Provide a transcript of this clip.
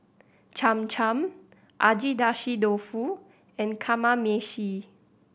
Cham Cham Agedashi Dofu and Kamameshi